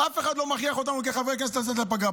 אף אחד לא מכריח אותנו כחברי כנסת לצאת לפגרה.